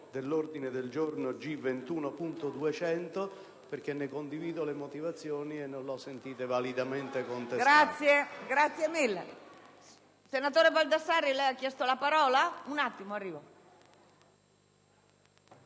dell'ordine del giorno G21.200, perché ne condivido le motivazioni e non le ho sentite contestare